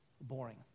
boring